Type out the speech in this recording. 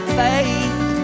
faith